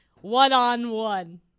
one-on-one